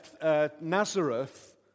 Nazareth